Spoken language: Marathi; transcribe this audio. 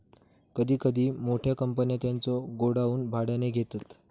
कधी कधी मोठ्या कंपन्या त्यांचे गोडाऊन भाड्याने घेतात